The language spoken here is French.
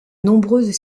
nombreuses